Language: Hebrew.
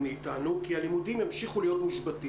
ברמה של מכינות וקורסים.